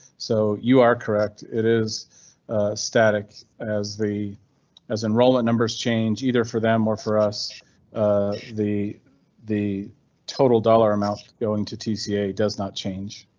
so you are correct, it is static as the enrollment numbers change, either for them or for us the the total dollar amount going to tissier does not change,